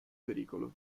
pericolo